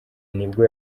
nibwo